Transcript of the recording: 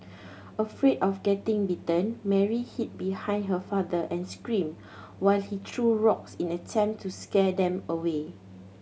afraid of getting bitten Mary hid behind her father and screamed while he threw rocks in an attempt to scare them away